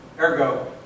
Ergo